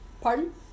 Pardon